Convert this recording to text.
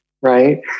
right